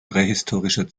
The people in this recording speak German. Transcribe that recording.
prähistorischer